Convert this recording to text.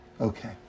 Okay